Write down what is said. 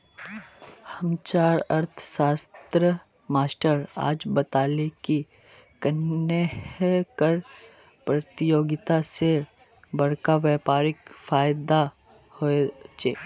हम्चार अर्थ्शाश्त्रेर मास्टर आज बताले की कन्नेह कर परतियोगिता से बड़का व्यापारीक फायेदा होचे